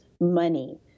money